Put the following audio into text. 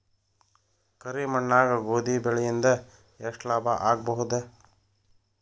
ಕರಿ ಮಣ್ಣಾಗ ಗೋಧಿ ಬೆಳಿ ಇಂದ ಎಷ್ಟ ಲಾಭ ಆಗಬಹುದ?